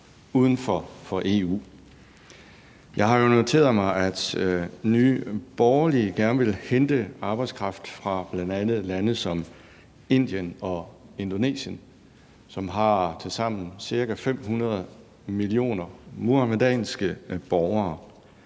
uden for EU. Jeg har noteret mig, at Nye Borgerlige gerne vil hente arbejdskraft fra bl.a. lande som Indien og Indonesien, som tilsammen har cirka 500 millioner muhammedanske borgere.